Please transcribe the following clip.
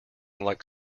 like